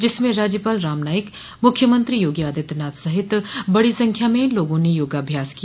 जिसमें राज्यपाल राम नाईक मुख्यमंत्री योगी आदित्यनाथ सहित बड़ी संख्या में लोगों ने योगाभ्यास किया